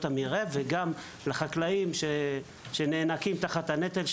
המרעה וגם לחקלאים שנאנקים תחת הנטל,